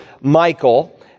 Michael